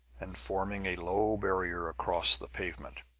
and forming a low barrier across the pavement.